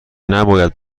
نباید